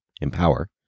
Empower